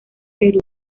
perú